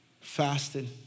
fasted